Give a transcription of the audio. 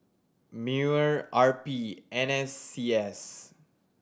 MEWR R P N S C S